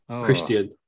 Christian